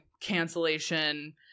cancellation